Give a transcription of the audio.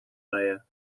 layer